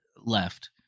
left